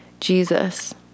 Jesus